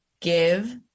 give